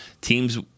Teams